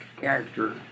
character